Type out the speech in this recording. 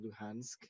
luhansk